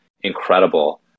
incredible